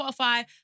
Spotify